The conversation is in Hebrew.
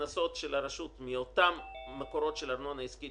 הכנסות של הרשות מאותם מקורות של ארנונה עסקית